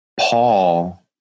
Paul